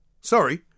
sorry